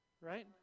right